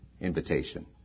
invitation